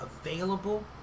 available